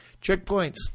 Checkpoints